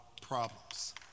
problems